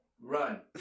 Run